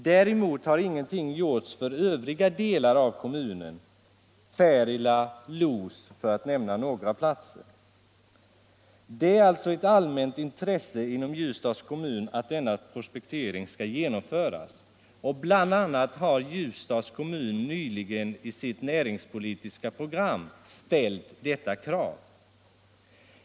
Däremot har ingenting gjorts i övriga delar av kommunen, Färila, Los för att nämna några platser. Det är ett allmänt intresse inom Ljusdals kommun att denna prospektering skall genomföras. Bl. a. har Ljusdals kommun nyligen i sitt näringspolitiska program ställt detta krav.